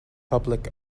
public